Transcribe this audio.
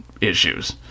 issues